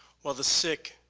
while the sick,